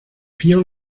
vier